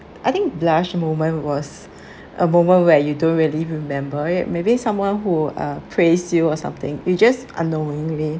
I think blush moment was a moment where you don't really remember it maybe someone who uh praise you or something you just unknowingly